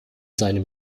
seinem